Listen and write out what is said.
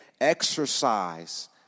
exercise